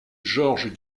georges